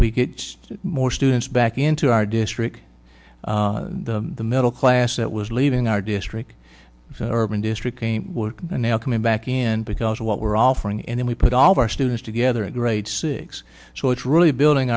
we get more students back into our district the middle class that was leaving our district urban districts are now coming back in because of what we're offering and then we put all of our students together a great six so it's really building